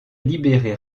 libéré